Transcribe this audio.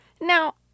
Now